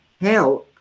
help